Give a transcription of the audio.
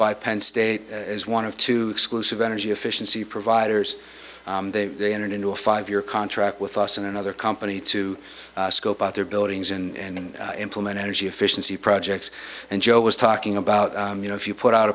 by penn state as one of two exclusive energy efficiency providers they entered into a five year contract with us and another company to scope out their buildings and implement energy efficiency projects and joe was talking about you know if you put out